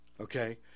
Okay